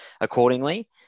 accordingly